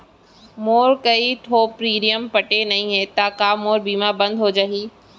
मोर कई ठो प्रीमियम पटे नई हे ता का मोर बीमा बंद हो गए होही?